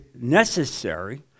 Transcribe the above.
necessary